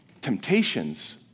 Temptations